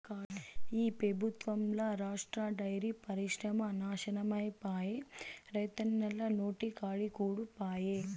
ఈ పెబుత్వంల రాష్ట్ర డైరీ పరిశ్రమ నాశనమైపాయే, రైతన్నల నోటికాడి కూడు పాయె